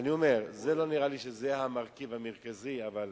אני אומר, לא נראה לי שזה המרכיב המרכזי, אבל